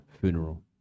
funeral